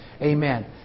Amen